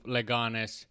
Leganes